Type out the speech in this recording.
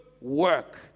work